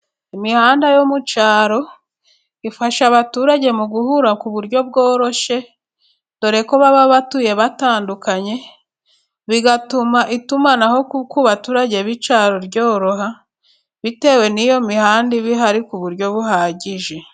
Imihanda yo mu cyaro ifasha abaturage mu guhura ku buryo bworoshye. Dore ko baba batuye batandukanye, bigatuma itumanaho ryo mu baturage b'icyaro ryoroha bitewe n'iyo mihanda iba ihari ku buryo buhagije.